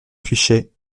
fichais